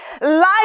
Life